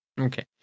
Okay